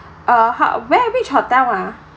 uh ha~ where which hotel ah